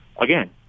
again